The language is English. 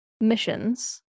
missions